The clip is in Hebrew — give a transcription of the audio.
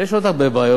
ויש עוד הרבה בעיות,